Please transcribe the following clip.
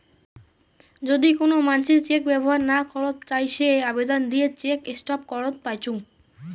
যদি কোন মানসি চেক ব্যবহর না করত চাই সে আবেদন দিয়ে চেক স্টপ করত পাইচুঙ